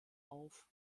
auf